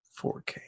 4K